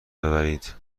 ببرید